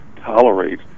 tolerate